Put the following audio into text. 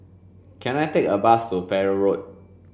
can I take a bus to Farrer Road